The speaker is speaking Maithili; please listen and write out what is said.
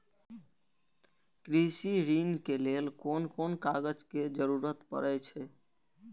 कृषि ऋण के लेल कोन कोन कागज के जरुरत परे छै?